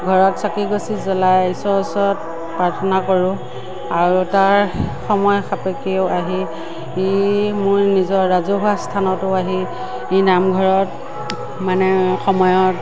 ঘৰত চাকি গছি জ্ৱলাই ঈশ্বৰৰ ওচৰত প্ৰৰ্থনা কৰোঁ আৰু তাৰ সময় সাপেক্ষেও আহি মোৰ নিজৰ ৰাজহুৱা স্থানতো আহি নামঘৰত মানে সময়ত